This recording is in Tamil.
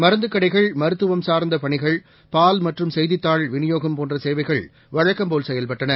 மருந்து கடைகள் மருத்துவம் சார்ந்தப் பணிகள் பால் மற்றும் செய்தித்தாள் விநியோகம் போன்ற சேவைகள் வழக்கம் போல் செயல்பட்டன